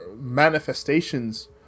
manifestations